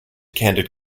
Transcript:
candid